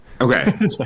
okay